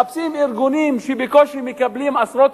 מחפשים ארגונים שבקושי מקבלים עשרות